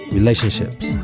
Relationships